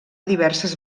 diverses